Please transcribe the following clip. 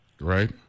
right